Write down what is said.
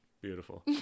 Beautiful